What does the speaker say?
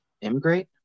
immigrate